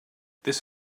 that